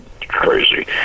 crazy